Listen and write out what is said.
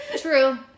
True